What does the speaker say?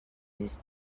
his